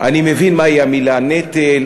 אני מבין מהי המילה נטל,